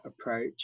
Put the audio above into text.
approach